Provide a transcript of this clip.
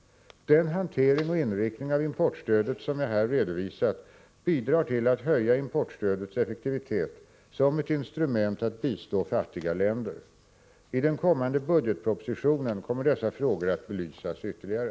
Den hantering och inriktning av importstödet som jag här redovisat bidrar till att höja importstödets effektivitet som ett instrument att bistå fattiga länder. I den kommande budgetpropositionen kommer dessa frågor att belysas ytterligare.